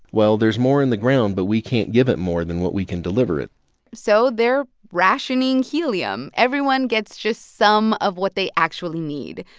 well, there's more in the ground, but we can't give it more than what we can deliver it so they're rationing helium. everyone gets just some of what they actually need,